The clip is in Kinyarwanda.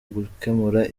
gukemura